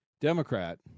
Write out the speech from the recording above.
Democrat